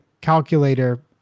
calculator